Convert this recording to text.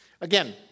Again